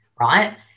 right